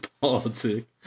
politics